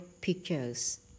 pictures